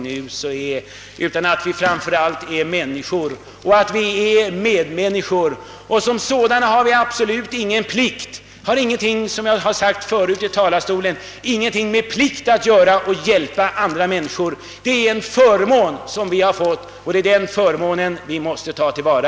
Låt oss visa att vi framför allt är människor och medmänniskor och som sådana inte bara ser det som en plikt att hjälpa andra utan som en förmån som vi har fått. Det är denna förmån vi måste ta till vara.